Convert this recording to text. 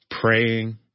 praying